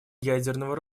ядерного